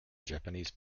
japanese